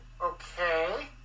okay